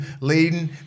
leading